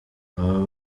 abo